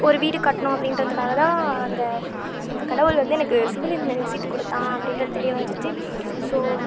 ஒரு வீடு கட்டணும் அப்படிங்குறதுக்காக தான் அந்த அந்த கடவுள் வந்து எனக்கு சிவில் இன்ஜினியரிங் சீட்டு கொடுத்தான் அப்படின்றது தெரியவந்துச்சு ஸோ